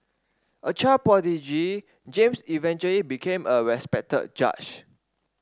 a child prodigy James eventually became a respected judge